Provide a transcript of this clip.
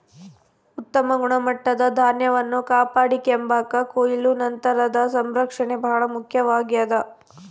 ಉತ್ತಮ ಗುಣಮಟ್ಟದ ಧಾನ್ಯವನ್ನು ಕಾಪಾಡಿಕೆಂಬಾಕ ಕೊಯ್ಲು ನಂತರದ ಸಂಸ್ಕರಣೆ ಬಹಳ ಮುಖ್ಯವಾಗ್ಯದ